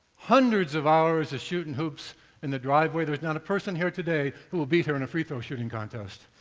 hundreds of hours of shooting hoops in the driveway, there is not a person here today who will beat her in a free throw shooting contest.